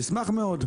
נשמח מאוד.